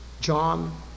John